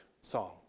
song